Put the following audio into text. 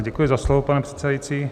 Děkuji za slovo, pane předsedající.